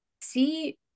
see